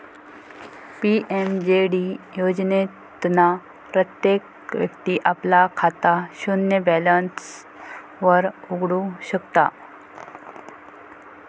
PMJD योजनेतना प्रत्येक व्यक्ती आपला खाता शून्य बॅलेंस वर उघडु शकता